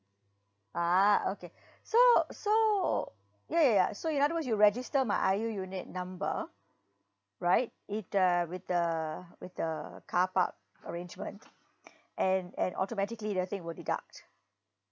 ah okay so so ya ya ya so in other words you register my I_U unit number right if the with the with the carpark arrangement and and automatically the thing will deduct